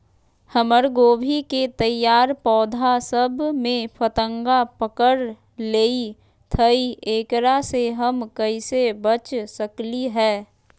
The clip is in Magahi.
हमर गोभी के तैयार पौधा सब में फतंगा पकड़ लेई थई एकरा से हम कईसे बच सकली है?